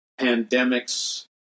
pandemics